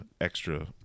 extra